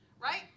Right